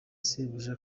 sebuja